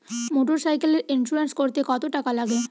মোটরসাইকেলের ইন্সুরেন্স করতে কত টাকা লাগে?